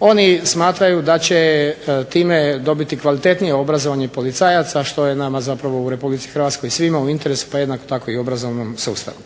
Oni smatraju da će time dobiti kvalitetnije obrazovanje policajaca što je nama zapravo u RH svima u interesu pa jednako tako i u obrazovnom sustavu.